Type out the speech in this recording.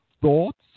thoughts